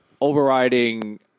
overriding